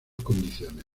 condiciones